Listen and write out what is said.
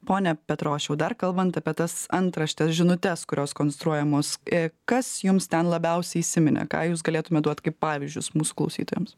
pone petrošiau dar kalbant apie tas antraštes žinutes kurios konstruojamos a kas jums ten labiausiai įsiminė ką jūs galėtumėte duot kaip pavyzdžius mūsų klausytojams